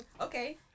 Okay